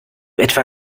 etwa